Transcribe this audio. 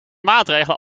maatregel